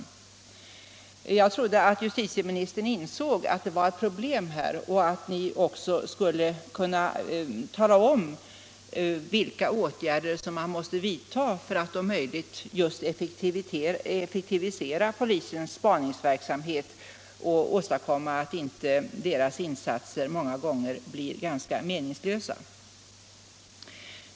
Jag trodde att justitieministern insåg att detta var ett problem och att ni skulle kunna tala om vilka åtgärder som vidtas för att om möjligt just effektivisera polisens spaningsverksamhet och åstadkomma att inte polisens insatser många gånger blir ganska meningslösa.